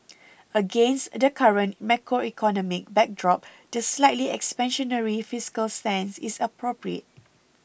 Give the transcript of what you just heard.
against the current macroeconomic backdrop the slightly expansionary fiscal stance is appropriate